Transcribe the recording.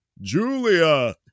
Julia